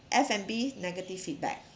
F&B negative feedback